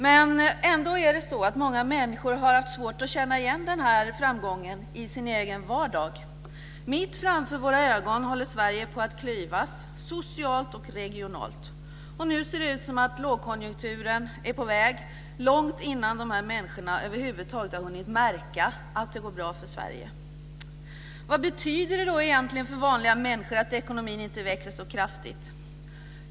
Men ändå har många människor svårt att känna igen den här framgången i sin egen vardag. Mitt framför våra ögon håller Sverige på att klyvas, socialt och regionalt. Nu ser det ut som att lågkonjunkturen är på väg långt innan de här människorna över huvud taget har hunnit märka att det går bra för Sverige. Vad betyder det egentligen för vanliga människor att ekonomin inte växer så kraftigt?